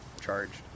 charged